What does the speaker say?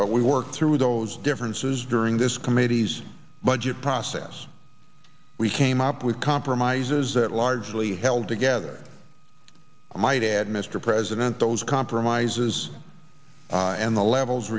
but we worked through those differences during this committee's budget process we came up with compromises that largely held together i might add mr president those compromises and the levels